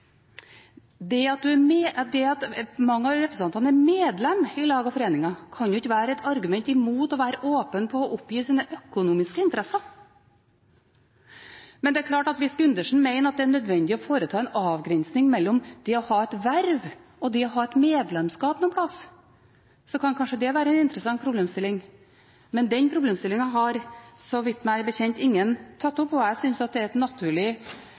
Det at mange av representantene er medlem av lag og foreninger, kan jo ikke være et argument imot å være åpen om å oppgi sine økonomiske interesser. Men det er klart at hvis Gundersen mener at det er nødvendig å foreta en avgrensning mellom det å ha et verv og det å ha et medlemskap et sted, kan kanskje det være en interessant problemstilling, men den problemstillingen har meg bekjent ingen tatt opp, og jeg synes det er et naturlig